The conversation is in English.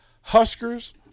huskers